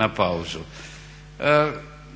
na pauzu.